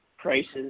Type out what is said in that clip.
prices